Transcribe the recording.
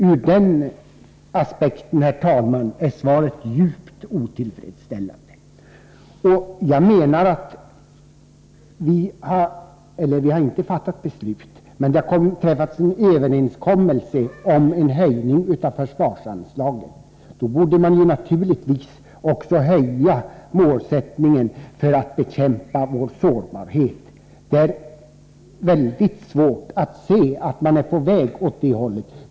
Ur den aspekten är svaret djupt otillfredsställande. Man har inte fattat beslut om detta, men det har träffats en överenskommelse om en höjning av försvarsanslagen. Då borde man naturligtvis också sätta målet högre när det gäller att minska sårbarheten. Det är mycket svårt att se att man är på väg åt rätt håll.